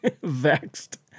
vexed